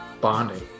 bonding